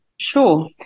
sure